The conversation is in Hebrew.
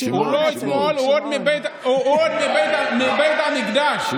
הוא עוד מבית המקדש.